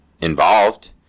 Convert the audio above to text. involved